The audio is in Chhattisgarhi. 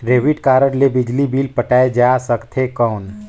डेबिट कारड ले बिजली बिल पटाय जा सकथे कौन?